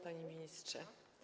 Panie Ministrze!